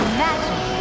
magic